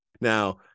Now